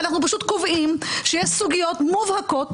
אנחנו פשוט קובעים שיש סוגיות מובהקות